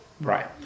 Right